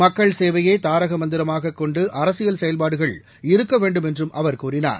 மக்கள் சேவையே தாரக மந்திரமாகக் கொண்டு அரசியல் செயல்பாடுகள் இருக்க வேண்டுமென்றம் அவர் கூறினார்